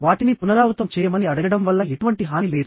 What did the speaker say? వాటిని పునరావృతం చేయమని అడగడం వల్ల ఎటువంటి హాని లేదు